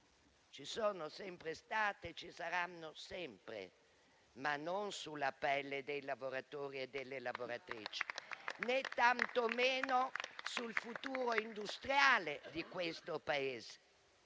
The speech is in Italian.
Ci sono sempre state e ci saranno sempre ma non sulla pelle dei lavoratori e delle lavoratrici, né tantomeno sul futuro industriale di questo Paese.